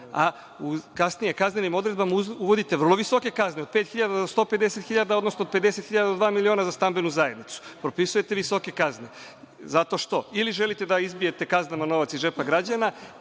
u kasnijim kaznenim odredbama uvodite vrlo visoke kazne od 5.000 do 150.000, odnosno od 50 hiljada do dva miliona za stambenu zajednicu, propisujete visoke kazne. Zato što, ili želite da izbijete kaznama novac iz džepa građana